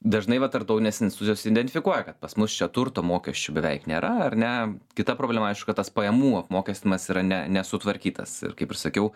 dažnai va tarptautinės institucijos identifikuoja kad pas mus čia turto mokesčių beveik nėra ar ne kita problema aišku kad tas pajamų apmokestinimas yra ne nesutvarkytas ir kaip ir sakiau